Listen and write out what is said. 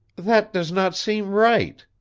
that does not seem right,